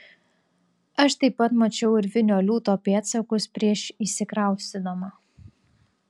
aš taip pat mačiau urvinio liūto pėdsakus prieš įsikraustydama